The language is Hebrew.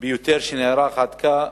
ביותר שנערך עד כה